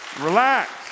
relax